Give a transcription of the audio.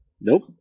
Nope